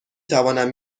توانم